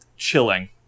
chilling